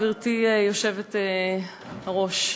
גברתי היושבת-ראש,